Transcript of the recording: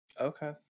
Okay